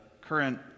current